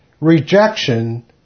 rejection